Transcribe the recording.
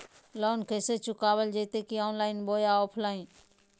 Loan कैसे चुकाबल जयते ऑनलाइन बोया ऑफलाइन?